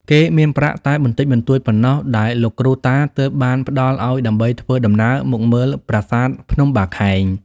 គេមានប្រាក់តែបន្តិចបន្តួចប៉ុណ្ណោះ ដែលលោកគ្រូតាទើបបានផ្តល់ឱ្យដើម្បីធ្វើ ដំណើរមកមើលប្រាសាទភ្នំបាខែង ។